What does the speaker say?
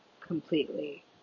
completely